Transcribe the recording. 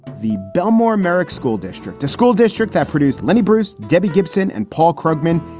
the bellmore, americ school district. the school district that produced lenny bruce. debbie gibson and paul krugman.